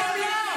אתם לא.